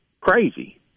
crazy